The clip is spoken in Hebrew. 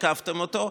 תקפתם אותו.